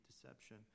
deception